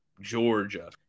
Georgia